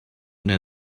near